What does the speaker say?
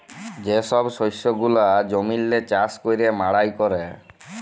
যে ছব শস্য গুলা জমিল্লে চাষ ক্যইরে মাড়াই ক্যরে